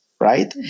right